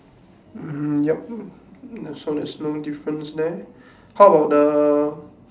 mm yup so there's no difference there how about the